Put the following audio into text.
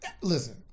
Listen